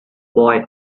boy